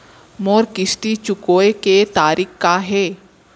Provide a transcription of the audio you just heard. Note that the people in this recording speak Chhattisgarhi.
मोर किस्ती चुकोय के तारीक का हे?